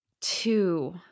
two